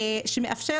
שמאפשר